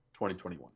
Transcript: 2021